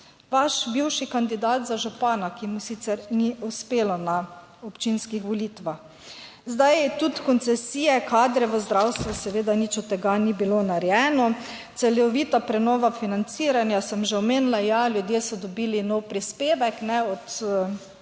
vaš bivši kandidat za župana, ki mu sicer ni uspelo na občinskih volitvah. Zdaj tudi koncesije, kadre v zdravstvu, seveda nič od tega ni bilo narejeno. Celovita prenova financiranja sem že omenila. Ja, ljudje so dobili nov prispevek od nekih